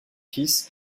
fils